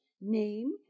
name